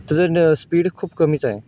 त्याचा स्पीड खूप कमीच आहे